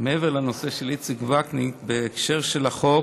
מעבר לנושא של איציק וקנין, בהקשר של החוק.